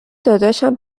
داداشم